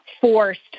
forced